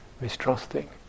mistrusting